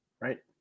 Right